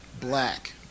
black